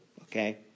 okay